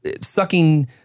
sucking-